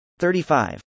35